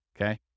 Okay